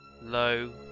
low